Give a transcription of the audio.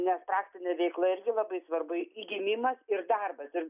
nes praktinė veikla irgi labai svarbu įgimimas ir darbas ir